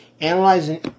analyzing